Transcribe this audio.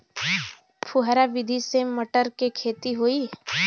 फुहरा विधि से मटर के खेती होई